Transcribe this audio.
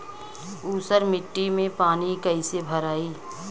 ऊसर मिट्टी में पानी कईसे भराई?